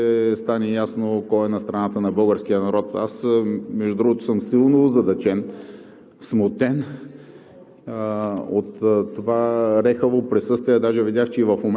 тази крачка, затова днес всъщност ще стане ясно кой е на страната на българския народ. Аз, между другото, съм силно озадачен, смутен